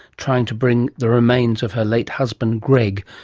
trying to bring the remains of her late husband greg,